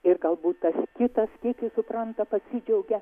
ir galbūt tas kitas tiki supranta pasidžiaugia